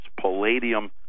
palladium